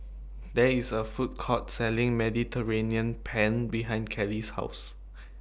There IS A Food Court Selling Mediterranean Penne behind Callie's House